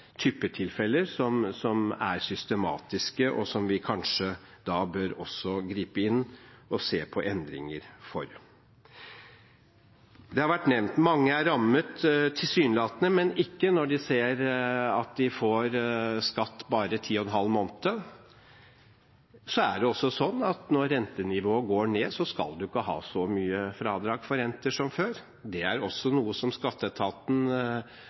typetilfeller som er systematiske, og som vi kanskje da også bør gripe inn og se på endringer for. Det har vært nevnt at mange tilsynelatende er rammet, men ikke når de ser at de får skatt bare i ti og en halv måned. Det er sånn at når rentenivået går ned, skal man ikke ha så mye fradrag for renter som før. Det er også noe som skatteetaten